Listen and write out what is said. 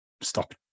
stop